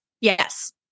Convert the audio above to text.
Yes